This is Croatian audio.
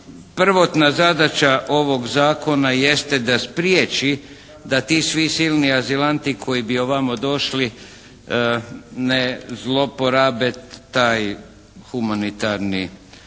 prvotna zadaća ovog zakona jeste da spriječi da ti svi silni azilanti koji bi ovamo došli ne zloporabe taj humanitarni